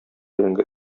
бәрәңге